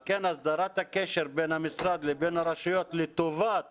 על כן הסדרת הקשר בין המשרד לבין הרשויות לטובת